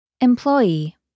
employee